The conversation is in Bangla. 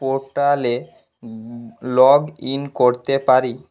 পোর্টালে লগ ইন করতে পারি